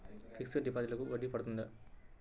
Fixed డిపాజిట్లకు వడ్డీ పడుతుందా?